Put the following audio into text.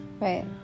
right